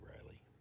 Riley